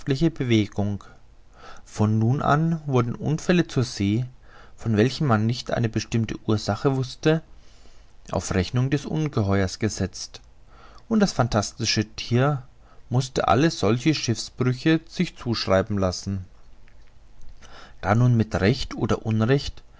bewegung von nun an wurden unfälle zur see von welchen man nicht eine bestimmte ursache wußte auf rechnung des ungeheuers gesetzt und das phantastische thier mußte alle solche schiffbrüche sich zuschreiben lassen da nun mit recht oder unrecht